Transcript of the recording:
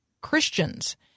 Christians